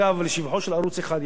לשבחו של ערוץ-1 ייאמר